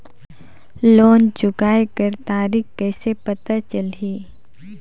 Loan चुकाय कर तारीक कइसे पता चलही?